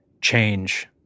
change